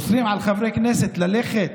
אוסרים על חברי כנסת ללכת